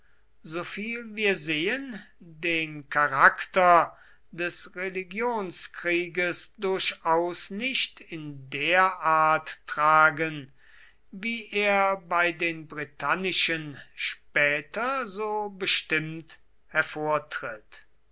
soviel wir sehen den charakter des religionskrieges durchaus nicht in der art tragen wie er bei den britannischen später so bestimmt hervortritt